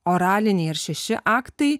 oraliniai šeši aktai